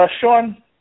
Sean